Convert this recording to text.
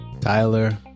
tyler